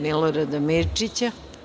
Milorada Mirčića.